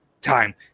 time